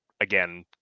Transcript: again